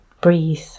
Breathe